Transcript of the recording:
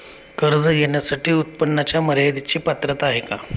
कर्ज घेण्यासाठी उत्पन्नाच्या मर्यदेची पात्रता आहे का?